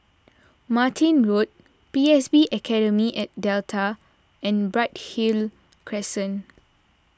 Martin Road P S B Academy at Delta and Bright Hill Crescent